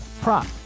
prop